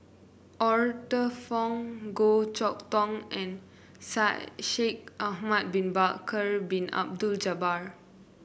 Arthur Fong Goh Chok Tong and Shaikh Ahmad Bin Bakar Bin Abdullah Jabbar